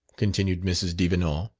continued mrs. devenant,